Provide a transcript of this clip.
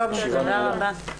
תודה, ישיבה זו נעולה.